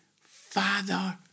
Father